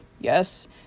yes